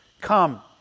come